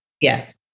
Yes